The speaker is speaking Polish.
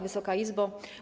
Wysoka Izbo!